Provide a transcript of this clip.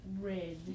Red